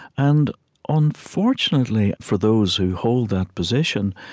and unfortunately for those who hold that position,